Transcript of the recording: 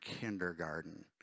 kindergarten